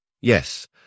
yes